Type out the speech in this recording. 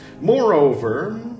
Moreover